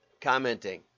commenting